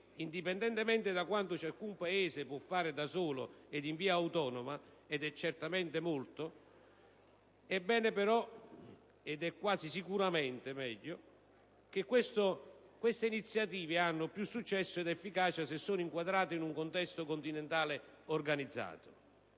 indipendentemente da quanto ciascun Paese può fare da solo ed in via autonoma, ed è certamente molto, queste iniziative hanno più successo ed efficacia se sono inquadrate in un contesto continentale organizzato.